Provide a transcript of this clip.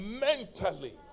mentally